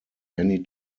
many